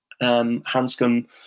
Hanscom